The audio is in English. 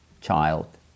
child